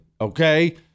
Okay